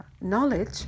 knowledge